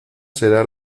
será